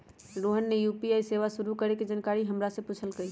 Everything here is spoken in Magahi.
रोहन ने यू.पी.आई सेवा शुरू करे के जानकारी हमरा से पूछल कई